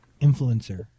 influencer